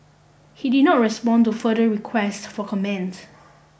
he did not respond to further requests for comment